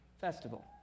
festival